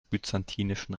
byzantinischen